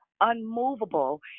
unmovable